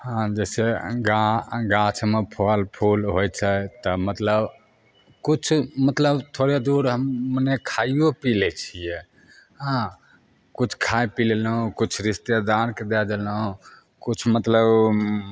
हँ जैसे गा गाछमे फल फुल होइ छै तऽ मतलब किछु मतलब थोड़े दुर हम मने खाइयो पी लै छियै हँ किछु खा पी लेलहुँ किछु रिश्तेदारके दे देलहुँ किछु मतलब